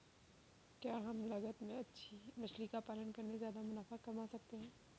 क्या कम लागत में मछली का पालन करके ज्यादा मुनाफा कमा सकते हैं?